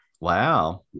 Wow